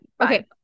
Okay